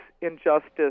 injustice